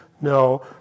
no